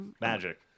Magic